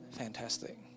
fantastic